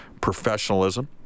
professionalism